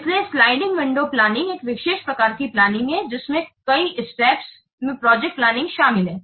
इसलिएस्लाइडिंग window planning एक विशेष प्रकार की प्लानिंग planning है जिसमें कई स्टेप्स में प्रोजेक्ट प्लानिंग शामिल है